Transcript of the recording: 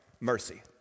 mercy